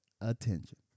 Attention